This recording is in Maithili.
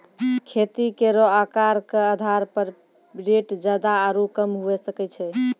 खेती केरो आकर क आधार पर रेट जादा आरु कम हुऐ सकै छै